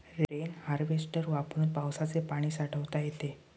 rain harvester वापरून पावसाचे पाणी साठवता येते